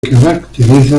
caracteriza